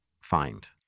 find